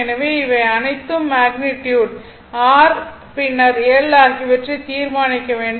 எனவே இவை அனைத்தும் மேக்னிட்யுட் R r பின்னர் L ஆகியவற்றை தீர்மானிக்க வேண்டும்